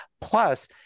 Plus